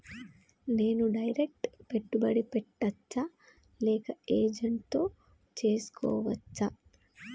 నేను డైరెక్ట్ పెట్టుబడి పెట్టచ్చా లేక ఏజెంట్ తో చేస్కోవచ్చా?